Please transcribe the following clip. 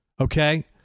Okay